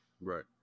Right